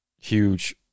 huge